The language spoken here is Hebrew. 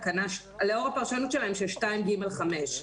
2(ג)5.